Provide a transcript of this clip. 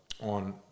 on